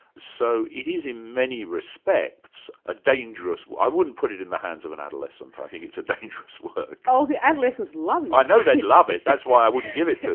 so it is in many respects a dangerous i wouldn't put it in the hands of an adolescent, i think it's a dangerous work. oh, the adolescents love it. i know they love it, that's why i wouldn't give it to